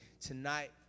Tonight